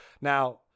Now